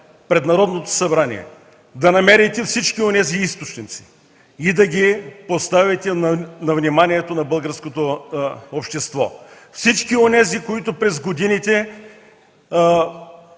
пред Народното събрание да намерите всички онези източници и да ги поставите на вниманието на българското общество – всички онези, които през годините